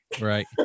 Right